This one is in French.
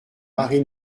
marie